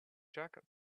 jacket